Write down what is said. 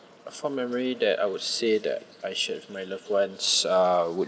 a fond memory that I would say that I share with my loved ones uh would